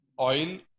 Oil